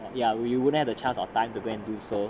ya we wouldn't have the chance of time to go and do so